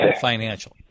financial